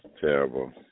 terrible